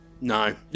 No